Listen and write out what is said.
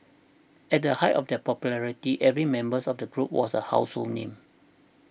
at the height of their popularity every members of the group was a household name